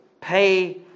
pay